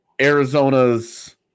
Arizona's